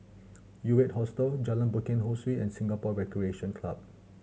U Eight Hostel Jalan Bukit Ho Swee and Singapore Recreation Club